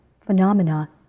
Phenomena